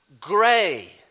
gray